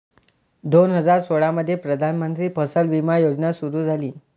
दोन हजार सोळामध्ये प्रधानमंत्री फसल विमा योजना सुरू झाली